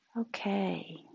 okay